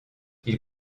ils